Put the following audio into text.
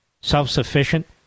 self-sufficient